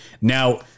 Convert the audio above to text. Now